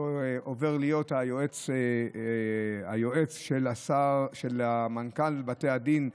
הוא עובר להיות היועץ של מנכ"ל בתי הדין,